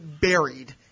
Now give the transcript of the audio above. buried